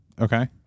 Okay